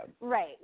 Right